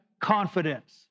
confidence